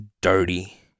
dirty